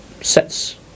sets